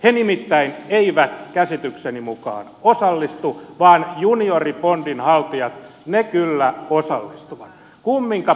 he nimittäin eivät käsitykseni mukaan osallistu vaan junioribondinhaltijat kyllä osallistuvat